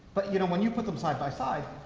but you know when you put them side by side,